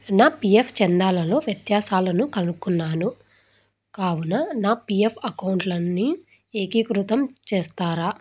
నా P F చందాలలో వ్యత్యాసాలను కనుక్కున్నాను కావున నా పీ ఎఫ్ అకౌంట్లన్నీ ఏకీకృతం చేస్తారా